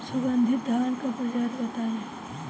सुगन्धित धान क प्रजाति बताई?